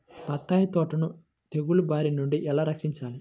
బత్తాయి తోటను తెగులు బారి నుండి ఎలా రక్షించాలి?